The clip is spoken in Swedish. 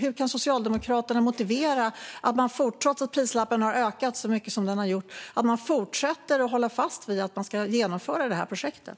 Hur kan Socialdemokraterna motivera att man trots att prislappen har ökat så mycket som den har gjort fortsätter att hålla fast vid att man ska genomföra projektet?